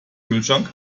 kühlschrank